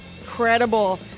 incredible